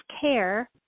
care